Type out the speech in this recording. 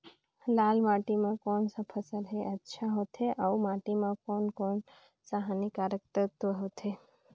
लाल माटी मां कोन सा फसल ह अच्छा होथे अउर माटी म कोन कोन स हानिकारक तत्व होथे?